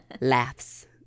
laughs